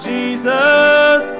Jesus